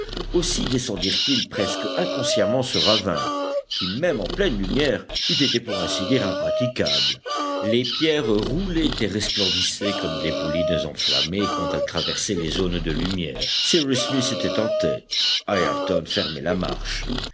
aussi descendirent ils presque inconsciemment ce ravin qui même en pleine lumière eût été pour ainsi dire impraticable les pierres roulaient et resplendissaient comme des bolides enflammés quand elles traversaient les zones de lumière cyrus smith était en tête ayrton fermait la marche